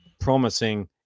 promising